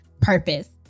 purpose